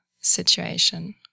situation